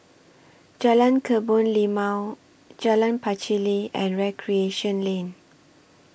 Jalan Kebun Limau Jalan Pacheli and Recreation Lane